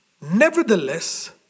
Nevertheless